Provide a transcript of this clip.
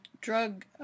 drug